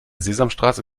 sesamstraße